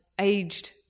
aged